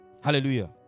Hallelujah